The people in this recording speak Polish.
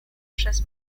przez